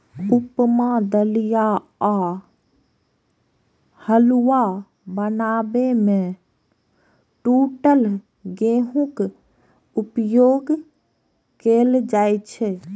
उपमा, दलिया आ हलुआ बनाबै मे टूटल गहूमक उपयोग कैल जाइ छै